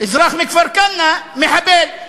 אזרח מכפר-כנא, מחבל.